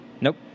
Nope